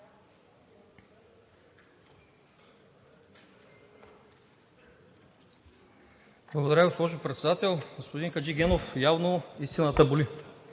Благодаря, госпожо Председател. Господин Хаджигенов, явно истината боли.